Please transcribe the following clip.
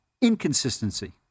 inconsistency